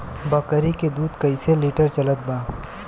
बकरी के दूध कइसे लिटर चलत बा?